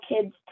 kids